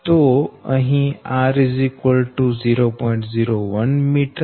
તો અહી r 1 cm 0